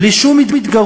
בלי שום התגרות,